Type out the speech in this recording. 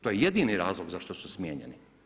To je jedini razlog zašto su smijenjeni.